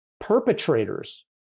Perpetrators